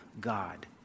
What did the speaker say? God